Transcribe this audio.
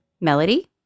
Melody